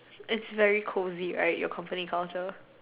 it's very cozy right your company culture